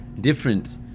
different